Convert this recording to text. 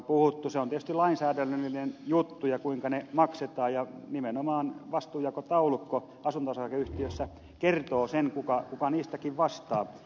se on tietysti lainsäädännöllinen juttu kuinka ne maksetaan ja nimenomaan vastuunjakotaulukko asunto osakeyhtiössä kertoo sen kuka niistäkin vastaa